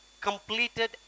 completed